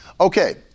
Okay